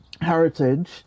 heritage